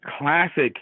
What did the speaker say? classic